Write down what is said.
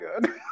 good